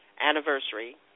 anniversary